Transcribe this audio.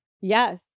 Yes